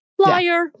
Liar